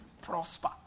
prosper